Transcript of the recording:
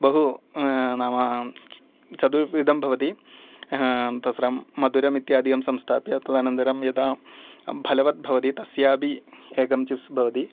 बहु नाम चतुर्विधं भवति तत्र मधुरम् इत्यादिकं संस्थाप्य तदनन्तरं यदा फलवत् भवति तस्यापि एकं चिप्स् भवति